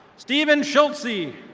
steven schultzy.